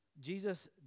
Jesus